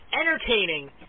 entertaining